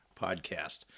podcast